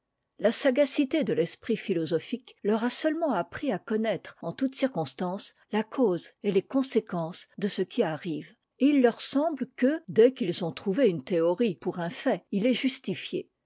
la sagacité de l'esprit philosophique leur a seulement appris à connaître en toutes circonstances la cause et les conséquences de ce qui arrive et il leur semble que dès qu'ils ont trouvé une théorie pour un fait il est justifié